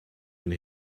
and